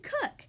cook